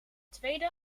tweede